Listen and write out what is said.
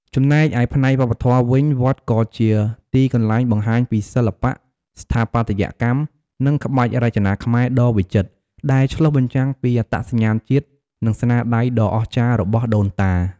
ចំណែកឯផ្នែកវប្បធម៌វិញ វត្តក៏ជា ទីកន្លែងបង្ហាញពីសិល្បៈ ស្ថាបត្យកម្ម និងក្បាច់រចនាខ្មែរ ដ៏វិចិត្រ ដែលឆ្លុះបញ្ចាំងពីអត្តសញ្ញាណជាតិ និងស្នាដៃដ៏អស្ចារ្យរបស់ដូនតា។